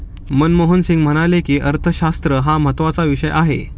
मनमोहन सिंग म्हणाले की, अर्थशास्त्र हा महत्त्वाचा विषय आहे